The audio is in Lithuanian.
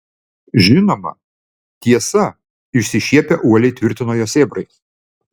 žinoma tiesa išsišiepę uoliai tvirtino jo sėbrai